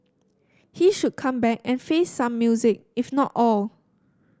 he should come back and face some music if not all